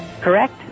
Correct